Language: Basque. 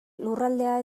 lurraldea